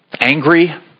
angry